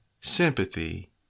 sympathy